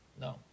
No